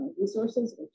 resources